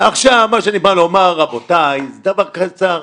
מה שאני בא לומר, רבותיי, זה דבר קצר.